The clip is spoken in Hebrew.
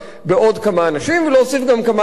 ולהוסיף גם כמה אנשים של משרד האוצר.